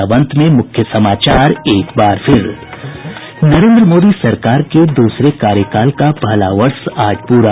और अब अंत में मुख्य समाचार नरेंद्र मोदी सरकार के दूसरे कार्यकाल का पहला वर्ष आज पूरा